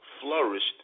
flourished